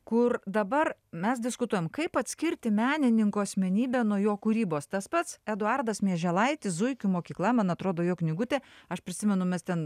kur dabar mes diskutuojam kaip atskirti menininko asmenybę nuo jo kūrybos tas pats eduardas mieželaitis zuikių mokykla man atrodo jo knygutė aš prisimenu mes ten